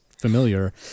familiar